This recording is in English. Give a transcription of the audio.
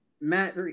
Matt